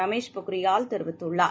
ரமேஷ் பொக்ரியால் தெரிவித்துள்ளார்